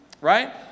right